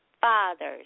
fathers